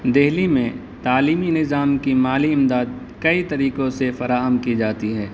دلی میں تعلیمی نظام کی مالی امداد کئی طریقوں سے فراہم کی جاتی ہے